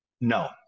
No